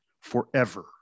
forever